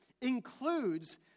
includes